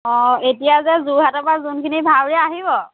অঁ এতিয়া যে যোৰহাটৰ পৰা যোনখিনি ভাওৰীয়া আহিব